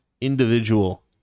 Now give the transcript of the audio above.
individual